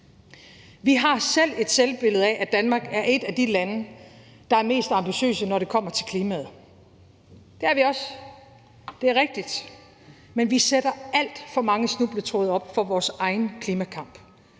Vi har selv et selvbillede af, at Danmark er et af de lande, der er mest ambitiøse, når det kommer til klimaet. Det er vi også, det er rigtigt, men vi sætter alt for mange snubletråde op for vores egen klimakamp.